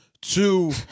Two